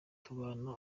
tubana